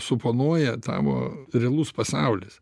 suponuoja tavo realus pasaulis